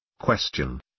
Question